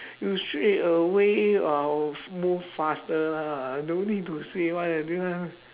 you straight away uh will move faster lah don't need to say one ah this one